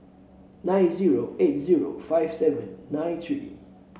nine zero eight zero five seven nine three